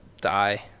die